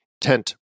tent